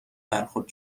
برخورد